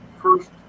first